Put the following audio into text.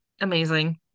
Amazing